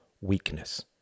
weakness